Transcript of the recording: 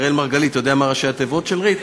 אראל מרגלית יודע מה ראשי התיבות של ריט?